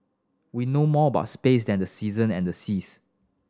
we know more about space than the season and the seas